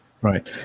Right